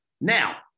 Now